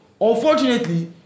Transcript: Unfortunately